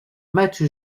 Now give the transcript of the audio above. match